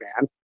man